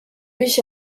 biex